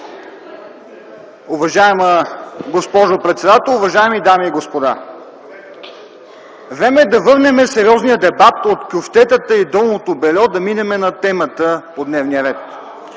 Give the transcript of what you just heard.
Уважаема госпожо председател, уважаеми дами и господа! Време е да върнем сериозния дебат от кюфтетата и долното бельо и да минем на темата по дневния ред.